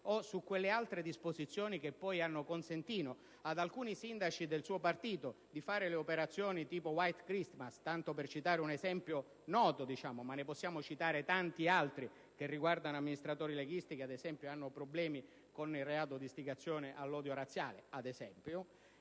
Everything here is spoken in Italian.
o delle altre disposizioni che poi hanno consentito ad alcuni sindaci del suo partito di fare operazioni tipo *White Christmas* (tanto per citare un esempio noto, ma ne possiamo citare tanti altri che riguardano amministratori leghisti, che, ad esempio, hanno problemi con il reato di istigazione all'odio razziale).